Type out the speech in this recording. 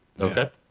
Okay